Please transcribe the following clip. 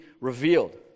revealed